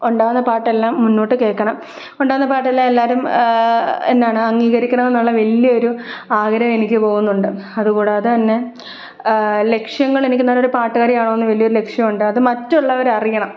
ഉണ്ടാകുന്ന പാട്ടെല്ലാം മുന്നോട്ട് കേൾക്കണം ഉണ്ടാകുന്ന പാട്ടെല്ലാം എല്ലാവരും എന്നാണ് അംഗീകരിക്കണമെന്നുള്ള വലിയ ഒരു ആഗ്രഹം എനിക്ക് പോകുന്നുണ്ട് അതുകൂടാതെ തന്നെ ലക്ഷ്യങ്ങളെനിക്ക് നല്ലൊര് പാട്ടുകാരി ആകണമെന്ന് വലിയൊരു ലക്ഷ്യമുണ്ട് അത് മറ്റുള്ളവര് അറിയണം